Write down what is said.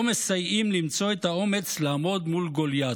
מסייעים למצוא את האומץ לעמוד מול גוליית.